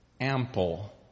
ample